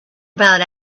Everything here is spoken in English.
about